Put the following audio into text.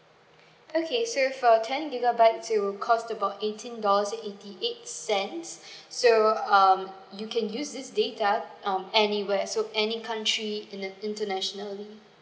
okay so for ten gigabytes it will cost about eighteen dollars eighty eight cents so um you can use this data um anywhere so any country in a internationally